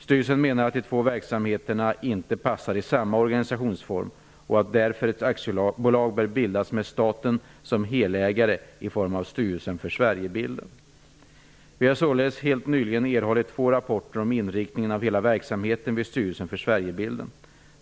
Styrelsen menar att de två verksamheterna inte passar i samma organisationsform och att därför ett aktiebolag bör bildas med staten som helägare i form av Styrelsen för Sverigebilden. Vi har således helt nyligen erhållit två rapporter om inriktningen av hela verksamheten vid Styrelsen för Sverigebilden.